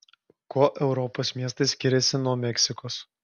kuo europos miestai skiriasi nuo meksikos